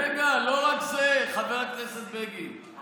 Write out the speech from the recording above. רגע, לא רק זה, חבר הכנסת בגין.